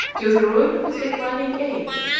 till the ruin of his declining age,